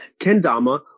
kendama